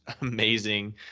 amazing